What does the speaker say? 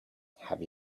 have